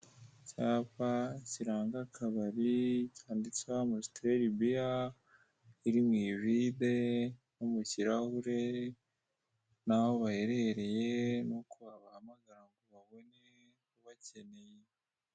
Icyapa kiranga akabari cyanditseho amusiteri biya iri mu ivide, iri mu kirahore, n'aho baherereye, n'uko wabahamagara kugira ngo ubabone ubakeneye.